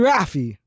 Rafi